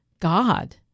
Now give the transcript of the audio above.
God